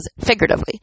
figuratively